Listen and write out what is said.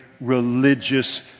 religious